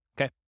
Okay